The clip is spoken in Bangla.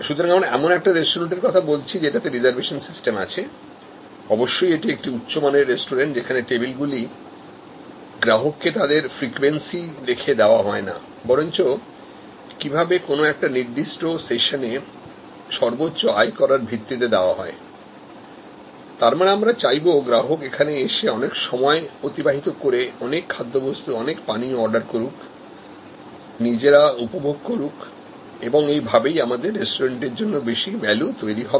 সুতরাং আমরা এমন একটা রেস্টুরেন্টের কথা বলছি যেটাতে রিজার্ভেশন সিস্টেম আছে অবশ্যই এটি একটি উচ্চ মানের রেস্টুরেন্ট যেখানে টেবিল গুলি গ্রাহককে তাদের ফ্রিকুয়েন্সি দেখে দেওয়া হয় না বরঞ্চ কিভাবে কোন একটা নির্দিষ্ট সেশন সর্বোচ্চ আয় করার ভিত্তিতে দেওয়া হয়তার মানে আমরা চাইব গ্রাহক এখানে এসে অনেক সময় অতিবাহিত করে অনেক খাদ্যবস্তু অনেক পানীয় অর্ডার করুক নিজেরা উপভোগকরুক এবং এই ভাবেই আমাদের রেস্টুরেন্টের জন্য বেশি ভ্যালু তৈরি হবে